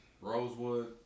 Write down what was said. Rosewood